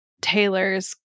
Taylor's